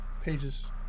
pages